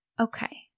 Okay